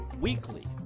weekly